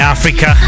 Africa